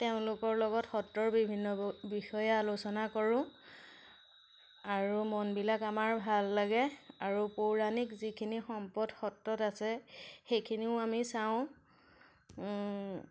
তেওঁলোকৰ লগত সত্ৰৰ বিভিন্ন বিষয়ে আলোচনা কৰোঁ আৰু মনবিলাক আমাৰ ভাল লাগে আৰু পৌৰাণিক যিখিনি সম্পদ সত্ৰত আছে সেইখিনিও আমি চাওঁ